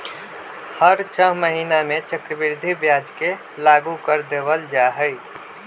हर छ महीना में चक्रवृद्धि ब्याज के लागू कर देवल जा हई